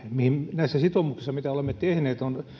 näissä sitoumuksissa mitä olemme tehneet on